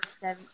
seven